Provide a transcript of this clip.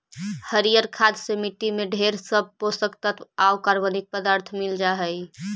हरियर खाद से मट्टी में ढेर सब पोषक तत्व आउ कार्बनिक पदार्थ मिल जा हई